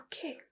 okay